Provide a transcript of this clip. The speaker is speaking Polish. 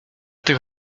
tych